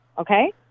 okay